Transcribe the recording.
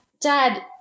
Dad